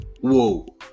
whoa